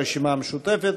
הרשימה המשותפת.